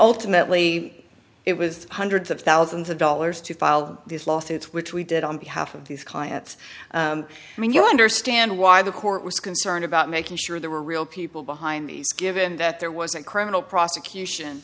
ultimately it was hundreds of thousands of dollars to file these lawsuits which we did on behalf of these clients i mean you understand why the court was concerned about making sure there were real people behind these given that there was a criminal prosecution